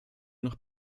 noch